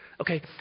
Okay